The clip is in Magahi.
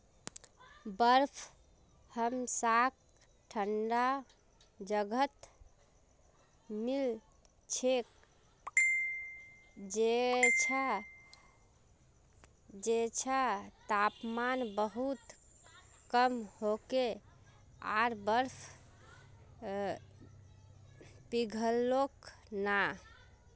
बर्फ हमसाक ठंडा जगहत मिल छेक जैछां तापमान बहुत कम होके आर बर्फ पिघलोक ना